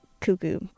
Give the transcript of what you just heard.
cuckoo